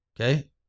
okay